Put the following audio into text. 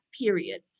period